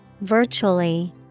virtually